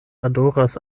adoras